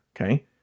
Okay